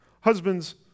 Husbands